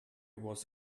will